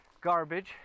garbage